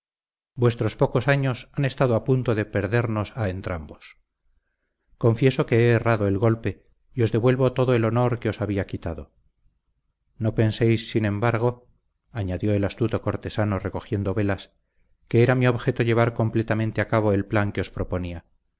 vuestros pocos años han estado a punto de perdernos a entrambos confieso que he errado el golpe y os devuelvo todo el honor que os había quitado no penséis sin embargo añadió el astuto cortesano recogiendo velas que era mi objeto llevar completamente a cabo el plan que os proponía